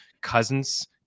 Cousins